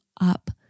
up